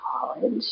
college